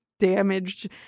damaged